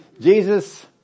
Jesus